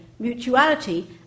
mutuality